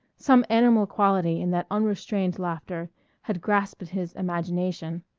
some animal quality in that unrestrained laughter had grasped at his imagination,